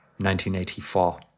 1984